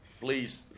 please